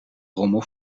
rommel